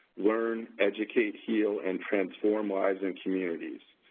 learn, educate, heal, and transform lives and communities.